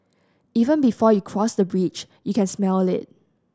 even before you cross the bridge you can smell it